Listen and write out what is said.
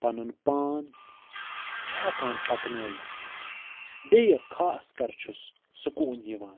پنُن پان چھِ ہٮ۪کان پکنٲیِتھ بیٚیہِ خاص کَر چھُس سُکون یِوان